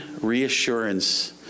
reassurance